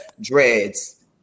dreads